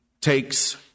takes